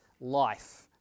life